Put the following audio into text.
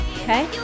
okay